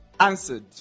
answered